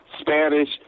Spanish